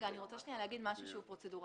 אני רוצה להגיד משהו פרוצדורלי.